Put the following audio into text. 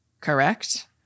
Correct